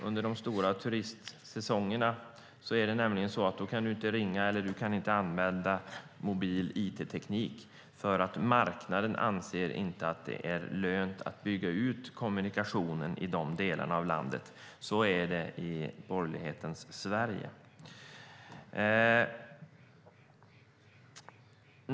Under de stora turistsäsongerna kan du nämligen inte ringa eller använda mobil it, för marknaden anser inte att det är lönt att bygga ut kommunikationen i de delarna av landet. Så är det i borgerlighetens Sverige.